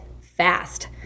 fast